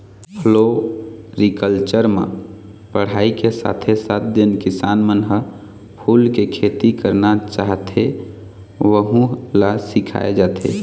floriculture म पढ़ाई के साथे साथ जेन किसान मन ह फूल के खेती करना चाहथे वहूँ ल सिखाए जाथे